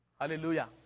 Hallelujah